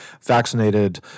vaccinated